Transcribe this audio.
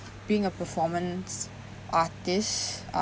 being a performance artist